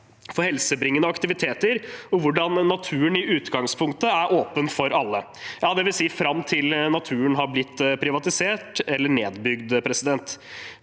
for helsebringende aktiviteter, og hvordan naturen i utgangspunktet er åpen for alle – dvs. fram til naturen har blitt privatisert eller nedbygd.